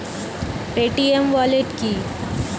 Paytm wallet কি?